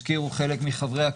והזכירו אותו חלק מחברי הכנסת,